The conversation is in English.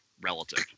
relative